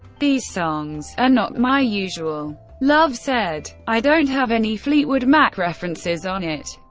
these songs are not my usual, love said. i don't have any fleetwood mac references on it.